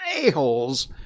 a-holes